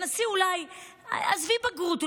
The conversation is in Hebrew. עזבי בגרות,